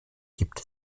gibt